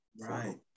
right